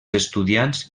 estudiants